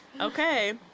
Okay